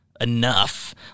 Enough